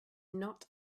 not